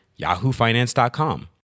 yahoofinance.com